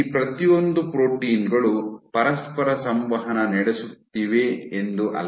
ಈ ಪ್ರತಿಯೊಂದು ಪ್ರೋಟೀನ್ ಗಳು ಪರಸ್ಪರ ಸಂವಹನ ನಡೆಸುತ್ತಿವೆ ಎಂದು ಅಲ್ಲ